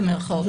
במירכאות.